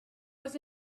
was